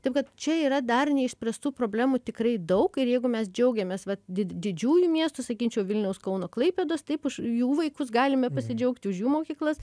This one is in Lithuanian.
taip kad čia yra dar neišspręstų problemų tikrai daug ir jeigu mes džiaugiamės vat didžiųjų miestų sakyčiau vilniaus kauno klaipėdos taip už jų vaikus galime pasidžiaugti už jų mokyklas